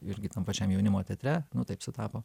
irgi tam pačiam jaunimo teatre nu taip sutapo